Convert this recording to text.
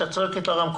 אם אתה מתחיל מ-518.